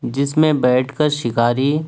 جس میں بیٹھ کر شکاری